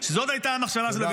זאת הייתה המחשבה שלו,